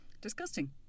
disgusting